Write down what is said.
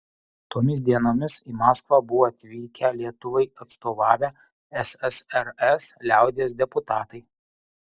tomis dienomis į maskvą buvo atvykę lietuvai atstovavę ssrs liaudies deputatai